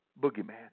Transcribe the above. Boogeyman